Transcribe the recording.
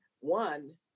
one